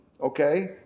okay